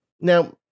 Now